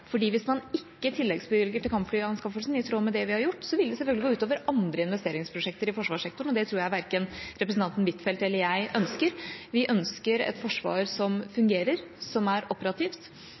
hvis man ikke tilleggsbevilger til kampflyanskaffelsen, i tråd med det vi har gjort, vil det selvfølgelig gå ut over andre investeringsprosjekter i forsvarssektoren, og det tror jeg verken representanten Huitfeldt eller jeg ønsker. Vi ønsker oss et forsvar som fungerer, som er operativt,